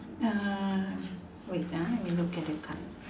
uh wait ah let me look at the card